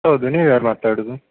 ಹೌದು ನೀವು ಯಾರು ಮಾತಾಡೋದು